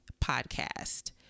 podcast